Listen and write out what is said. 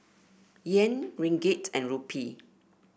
Yen Ringgit and Rupee